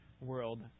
world